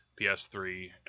PS3